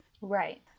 Right